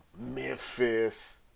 Memphis